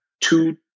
two